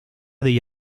degli